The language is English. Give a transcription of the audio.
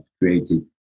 created